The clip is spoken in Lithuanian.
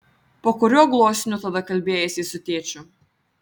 po kuriuo gluosniu tada kalbėjaisi su tėčiu